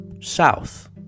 south